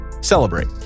celebrate